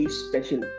special